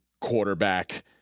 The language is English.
quarterback